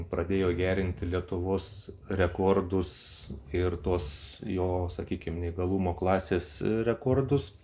pradėjo gerinti lietuvos rekordus ir tos jo sakykim neįgalumo klasės rekordus